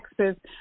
Texas